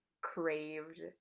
craved